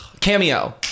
Cameo